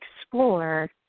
explore